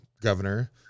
governor